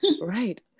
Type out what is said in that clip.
right